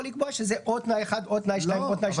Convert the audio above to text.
לקבוע שזה או תנאי אחד או תנאי שניים או תנאי שלישי,